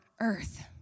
earth